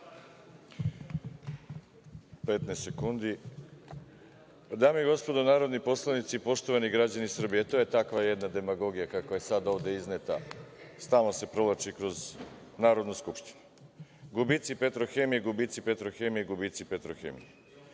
Arsić** Dame i gospodo narodni poslanici, poštovani građani Srbije, to je takva jedna demagogija kakva je sada ovde izneta. Stalno se provlači kroz Narodnu skupštinu. Gubici „Petrohemije“, gubici „Petrohemije“, gubici „Petrohemije“.